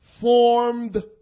formed